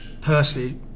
personally